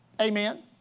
Amen